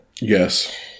Yes